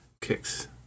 kicks